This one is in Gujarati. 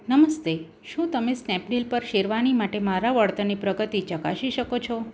નમસ્તે શું તમે સ્નેપડીલ પર શેરવાની માટે મારા વળતરની પ્રગતિ ચકાસી શકો છો